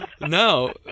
No